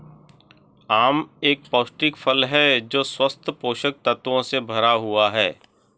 आम एक पौष्टिक फल है जो स्वस्थ पोषक तत्वों से भरा हुआ है